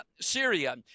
Syria